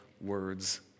words